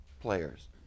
players